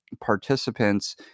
participants